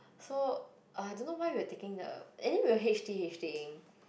so uh I don't know why we were taking the anyway we're H_t_h_t ing